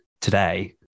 today